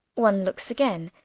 one looks again.